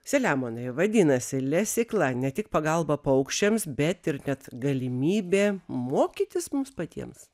selemonai vadinasi lesykla ne tik pagalba paukščiams bet ir net galimybė mokytis mums patiems